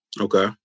Okay